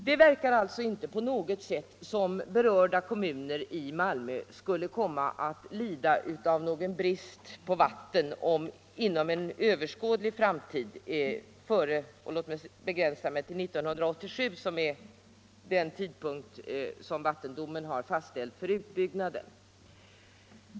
Det verkar alltså inte på något sätt som om berörda kommuner i Skåne skulle komma att lida brist på vatten inom en överskådlig framtid, i varje fall fram till 1987, som är den tidpunkt som vattendomstolen har fastställt för utbyggnaden.